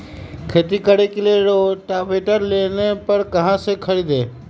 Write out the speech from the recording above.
खेती करने के लिए रोटावेटर लोन पर कहाँ से खरीदे?